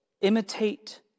imitate